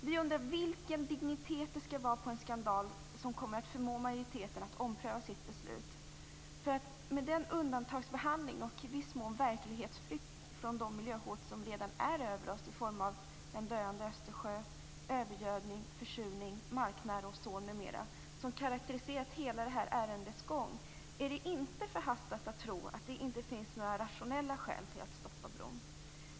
Vi undrar vilken dignitet det skall vara på en skandal som kan få majoriteten att ompröva sitt beslut. Med den undantagsbehandling och i viss mån verklighetsflykt från de miljöhot som redan är över oss i form av en döende Östersjö, övergödning, försurning, marknära ozon m.m. som karakteriserat hela det här ärendets gång, är det inte förhastat att tro att det inte finns några rationella skäl till att stoppa bron.